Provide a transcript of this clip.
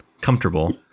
comfortable